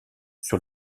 sur